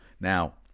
Now